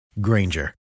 Granger